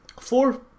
four